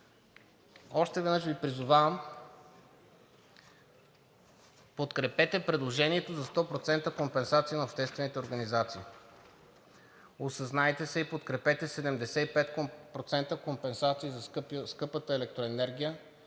Още веднъж Ви призовавам – подкрепете предложението за 100% компенсация на обществените организации, осъзнайте се и подкрепете 75% компенсация за скъпата електроенергия